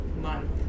month